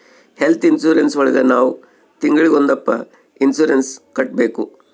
health insurance ಒಳಗ ನಾವ್ ತಿಂಗ್ಳಿಗೊಂದಪ್ಪ ಇನ್ಸೂರೆನ್ಸ್ ಕಟ್ಟ್ಬೇಕು